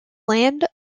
land